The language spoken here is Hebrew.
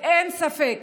אין ספק